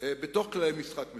בתוך כללי משחק מסוימים.